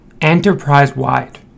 enterprise-wide